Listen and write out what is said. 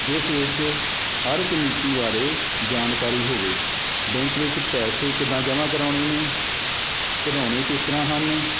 ਜਿਸ ਵਿੱਚ ਹਰ ਇੱਕ ਨੀਤੀ ਬਾਰੇ ਜਾਣਕਾਰੀ ਹੋਵੇ ਬੈਂਕ ਵਿੱਚ ਪੈਸੇ ਕਿੱਦਾਂ ਜਮ੍ਹਾਂ ਕਰਵਾਉਣੇ ਨੇ ਕਢਾਉਣੇ ਕਿਸ ਤਰ੍ਹਾਂ ਹਨ